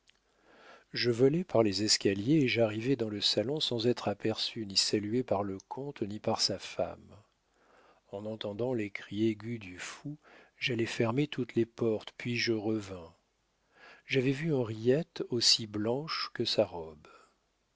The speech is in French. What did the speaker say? je volai par les escaliers et j'arrivai dans le salon sans être aperçu ni salué par le comte ni par sa femme en entendant les cris aigus du fou j'allai fermer toutes les portes puis je revins j'avais vu henriette aussi blanche que sa robe